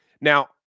Now